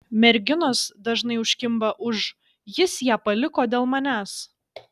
merginos dažnai užkimba už jis ją paliko dėl manęs